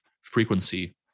frequency